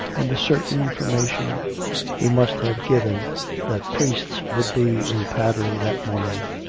and the certain information he must have given that priests would be in padley that morning.